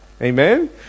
Amen